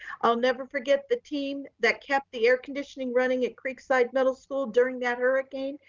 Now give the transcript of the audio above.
i'll never forget the team that kept the air conditioning running at creekside middle school during that hurricane,